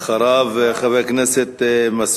אחריו לא חבר הכנסת כץ?